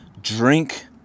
drink